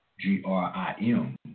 G-R-I-M